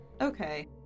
Okay